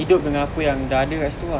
hidup dengan apa yang dah ada kat situ ah